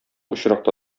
очракта